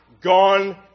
Gone